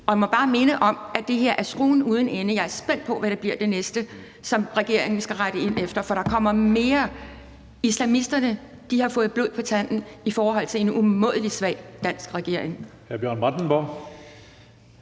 Og jeg må bare minde om, at det her er skruen uden ende. Jeg er spændt på, hvad det næste bliver, som regeringen skal rette ind efter, for der kommer mere. Islamisterne har fået blod på tanden i forhold til en umådelig svag dansk regering.